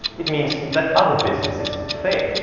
it means that other businesses fail.